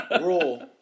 Rule